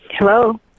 Hello